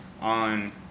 on